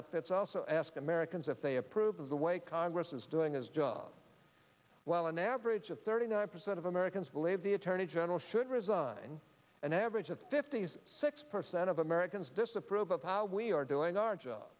that's also asked americans if they approve of the way congress is doing his job while an average of thirty nine percent of americans believe the attorney general should resign an average of fifty six percent of americans disapprove of how we are doing our job